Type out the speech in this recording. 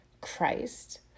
Christ